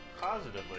Positively